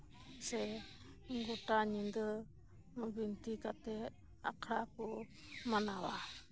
ᱥᱮ ᱜᱚᱴᱟ ᱧᱤᱫᱟᱹ ᱵᱤᱱᱛᱤ ᱠᱟᱛᱮᱫ ᱟᱠᱷᱲᱟ ᱠᱚ ᱢᱟᱱᱟᱣᱟ